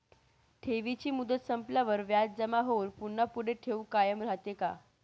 ठेवीची मुदत संपल्यावर व्याज जमा होऊन पुन्हा पुढे ठेव कायम राहते का?